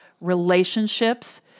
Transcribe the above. relationships